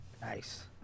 Nice